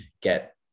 get